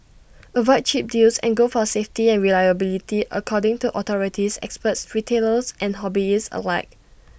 avoid cheap deals and go for safety and reliability according to authorities experts retailers and hobbyists alike